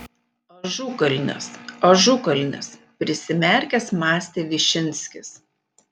ažukalnis ažukalnis prisimerkęs mąstė višinskis